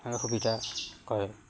সেইটো সুবিধা কৰে